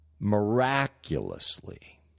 Miraculously